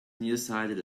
nearsighted